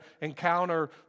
encounter